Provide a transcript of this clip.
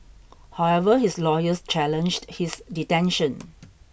however his lawyers challenged his detention